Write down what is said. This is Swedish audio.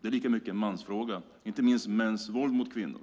Det är lika mycket en mansfråga, inte minst mäns våld mot kvinnor.